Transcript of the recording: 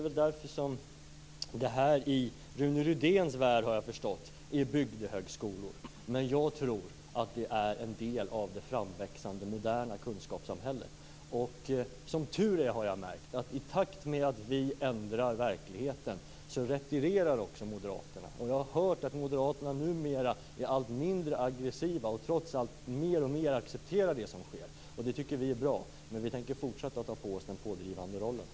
Såvitt jag förstår handlar det i Rune Rydéns värld om s.k. bygdehögskolor, men jag tror att detta är en del av det framväxande moderna kunskapssamhället. I takt med att vi ändrar verkligheten retirerar Moderaterna - som tur är. Jag har märkt att Moderaterna numera är mycket mindre aggressiva och att de trots allt mer och mer accepterar det som sker. Det tycker vi är bra, men vi tänker fortsätta att ta på oss rollen som pådrivande.